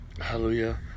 hallelujah